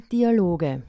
Dialoge